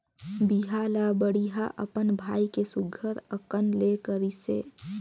बिहा ल बड़िहा अपन भाई के सुग्घर अकन ले करिसे